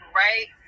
right